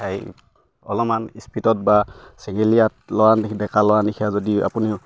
অলপমান স্পীডত বা চেঙেলীয়া ল'ৰা ডেকা ল'ৰা নিখীয়া যদি আপুনি